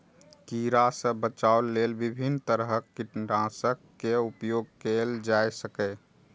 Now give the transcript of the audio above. कीड़ा सं बचाव लेल विभिन्न तरहक कीटनाशक के उपयोग कैल जा सकैए